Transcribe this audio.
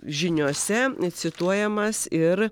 žiniose cituojamas ir